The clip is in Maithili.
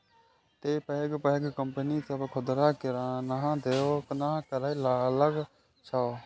तें पैघ पैघ कंपनी सभ खुदरा किराना दोकानक करै लागल छै